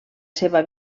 seva